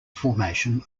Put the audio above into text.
formation